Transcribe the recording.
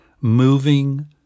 moving